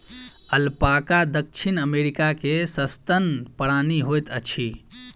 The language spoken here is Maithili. अलपाका दक्षिण अमेरिका के सस्तन प्राणी होइत अछि